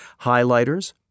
highlighters